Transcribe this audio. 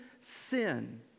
sin